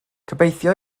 gobeithio